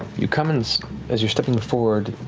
you come and as you're stepping forward,